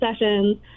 sessions